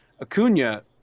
Acuna